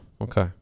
Okay